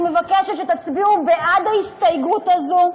אני מבקשת שתצביעו בעד ההסתייגות הזאת,